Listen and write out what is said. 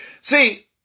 See